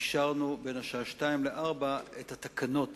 אישרנו בין השעה 14:00 ל-16:00 את התקנות